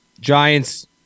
giants